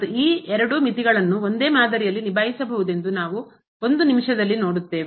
ಮತ್ತು ಈ ಎರಡೂ ಮಿತಿಗಳನ್ನು ಒಂದೇ ಮಾದರಿಯಲ್ಲಿ ನಿಭಾಯಿಸಬಹುದೆಂದು ನಾವು ಒಂದು ನಿಮಿಷದಲ್ಲಿ ನೋಡುತ್ತೇವೆ